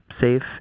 safe